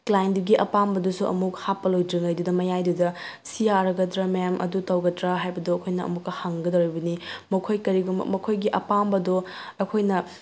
ꯀ꯭ꯂꯥꯏꯟꯗꯨꯒꯤ ꯑꯄꯥꯝꯕꯗꯨꯁꯨ ꯑꯃꯨꯛ ꯍꯥꯞꯄ ꯂꯣꯏꯗ꯭ꯔꯤꯉꯩꯗꯨꯗ ꯃꯌꯥꯏꯗꯨꯗ ꯁꯤ ꯌꯥꯔꯗ꯭ꯔꯥ ꯃꯦꯝ ꯑꯗꯨ ꯇꯧꯒꯗ꯭ꯔ ꯍꯥꯏꯕꯗꯣ ꯑꯩꯈꯣꯏꯅ ꯑꯃꯨꯛꯀ ꯍꯪꯒꯗꯣꯔꯤꯕꯅꯤ ꯃꯈꯣꯏ ꯀꯔꯤꯒꯨꯝꯕ ꯃꯈꯣꯏꯒꯤ ꯑꯄꯥꯝꯕꯗꯣ